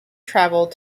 travelled